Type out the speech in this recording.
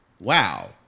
wow